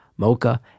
mocha